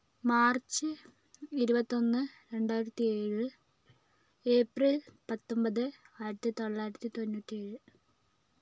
March ഇരുപത്തി ഒന്ന് രണ്ടായിരത്തി ഏഴ് ഏപ്രിൽ പത്തൊൻപത് ആയിരത്തിത്തൊള്ളായിരത്തി തൊണ്ണൂറ്റി ഏഴ്